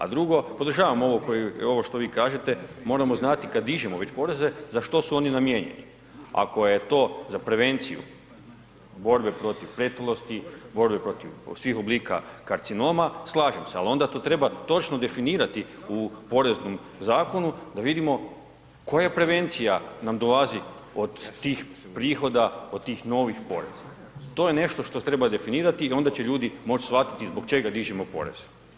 A drugo, podržavam ovo što vi kažete, moramo znati kad dižemo već poreze za što su oni namijenjeni, ako je to za prevenciju borbe protiv pretilosti, borbe protiv svih oblika karcinoma, slažem se, al onda to treba točno definirati u poreznom zakonu da vidimo koja prevencija nam dolazi od tih prihoda, od tih novih poreza, to je nešto što treba definirati i onda će ljudi moć shvatiti zbog čega dižemo porez.